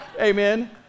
Amen